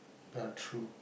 ya true